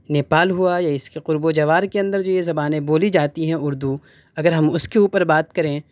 نیپال ہوا یا اس کے قرب و جوار کے اندر جو یہ زبانیں بولی جاتی ہیں اردو اگر ہم اس کے اوپر بات کریں